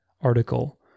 article